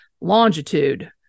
longitude